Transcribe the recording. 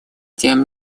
тем